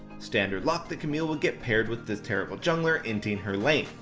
standard luck that camille would get paired with this terrible jungler inting her lane,